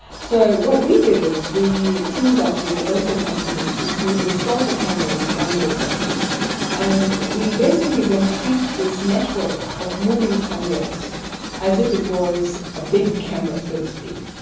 so what we did is we teamed up with a local company who installs the camera on board buses and we basically then treat this network of moving cameras as if it was a big camera, so to speak,